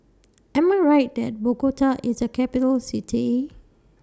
Am I Right that Bogota IS A Capital City